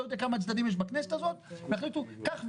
לא יודע כמה צדדים יש בכנסת הזאת יחליטו כך וכך,